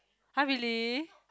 !huh! really